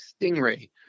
Stingray